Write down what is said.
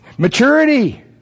Maturity